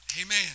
Amen